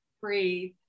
breathe